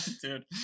dude